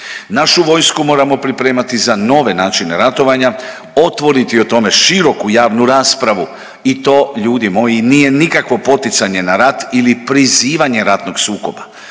našu vojsku moramo pripremati za nove načine ratovanja, otvoriti o tome široku javnu raspravu i to ljudi moji nije nikakvo poticanje na rat ili prizivanje ratnog sukoba,